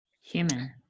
human